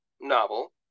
novel